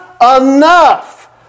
enough